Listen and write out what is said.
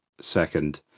second